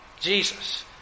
Jesus